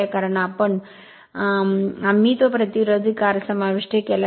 कारण आम्ही तो प्रतिरोधक R समाविष्ट केला आहे